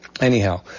anyhow